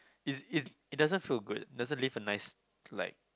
it's it's doesn't feel good doesn't leave a nice like